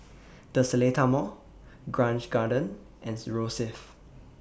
The Seletar Mall Grange Garden and Rosyth